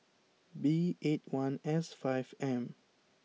B eight one S five M